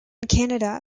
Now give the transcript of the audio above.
canada